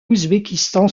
ouzbékistan